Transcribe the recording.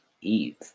Eve